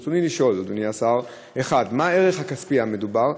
ברצוני לשאול: 1. מה הערך הכספי המדובר?